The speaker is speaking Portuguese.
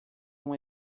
uma